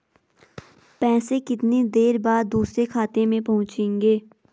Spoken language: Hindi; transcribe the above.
पैसे कितनी देर बाद दूसरे खाते में पहुंचेंगे?